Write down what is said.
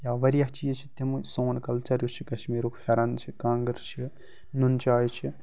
یا واریاہ چیٖز چھِ تِمہٕ سون کَلچَر یُس چھِ کَشمیٖرُک فٮ۪رَن چھِ کانٛگٕر چھِ نُن چاے چھِ